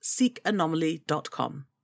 seekanomaly.com